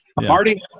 Marty